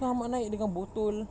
then ahmad naik dengan botol